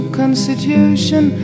constitution